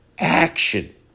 Action